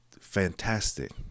fantastic